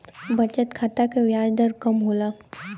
बचत खाता क ब्याज दर कम होला